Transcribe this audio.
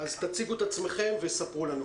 תציגו את עצמכם וספרו לנו.